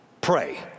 pray